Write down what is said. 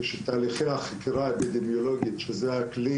יש תהליכי חקירה אפידמיולוגיים שזה הכלי